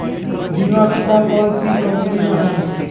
बीमा की कौन कौन सी कंपनियाँ हैं?